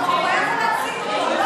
הוא היה יכול להציג אותו,